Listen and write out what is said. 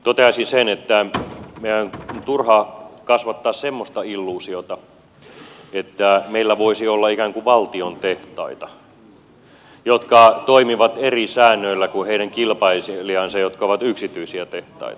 toteaisin sen että meidän on turha kasvattaa semmoista illuusiota että meillä voisi olla ikään kuin valtion tehtaita jotka toimivat eri säännöillä kuin niiden kilpailijat jotka ovat yksityisiä tehtaita